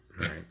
right